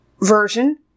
version